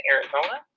Arizona